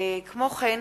כמו כן,